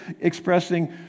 expressing